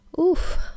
Oof